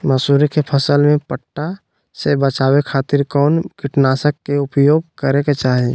मसूरी के फसल में पट्टा से बचावे खातिर कौन कीटनाशक के उपयोग करे के चाही?